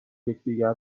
یکدیگر